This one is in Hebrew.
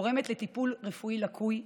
גורמת לטיפול רפואי לקוי,